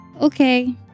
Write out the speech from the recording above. Okay